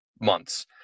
months